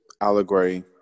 allegory